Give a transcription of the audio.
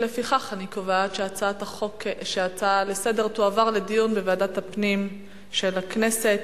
לפיכך אני קובעת שההצעה לסדר-היום תועבר לדיון בוועדת הפנים של הכנסת.